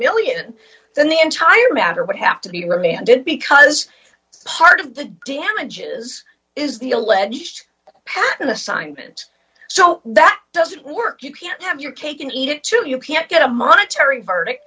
dollars then the entire matter would have to be remanded because part of the damages is the alleged pattern assignment so that doesn't work you can't have your cake and eat it too you can't get a monetary verdict